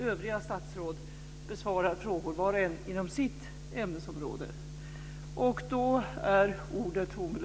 Övriga statsråd besvarar frågor var och en inom sitt ämnesområde.